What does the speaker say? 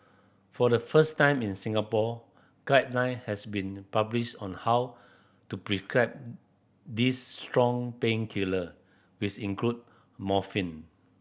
for the first time in Singapore guideline has been published on how to prescribe these strong painkiller with include morphine